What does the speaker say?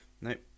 nope